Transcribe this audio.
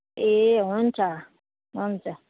ए हुन्छ हुन्छ